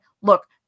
look